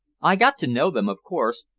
i got to know them, of course,